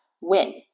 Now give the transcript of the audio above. win